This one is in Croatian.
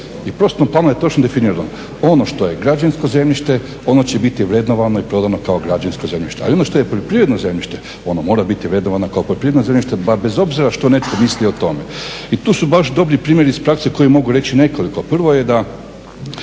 u prostornom planu je točno definirano ono što je građevinsko zemljište, ono će biti vrednovano i prodano kao građevinsko zemljište. Ali ono što je poljoprivredno zemljište, ono mora biti vrednovano kao poljoprivredno zemljište bez obzira što netko misli o tome. I tu su baš dobri primjeri iz prakse kojih mogu reći nekoliko. Prvo je da